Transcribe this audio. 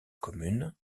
commune